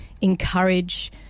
encourage